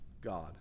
God